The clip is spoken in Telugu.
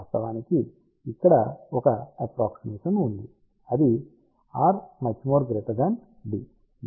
వాస్తవానికి ఇక్కడ ఒక అప్రాక్సిమేషన్ ఉంది అది r d